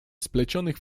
splecionych